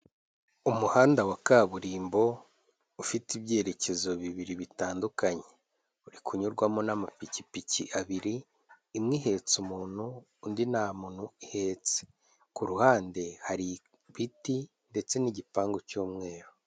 Umuhanda wa kaburimbo ufite ibyerekezo bibiri bitandukanye. Uri kunyurwamo n'amapikipiki abiri, imwe ihetse umuntu, undi nta muntu ihetse. Ku ruhande hari ibiti ndetse n'igipangu cy'umweru.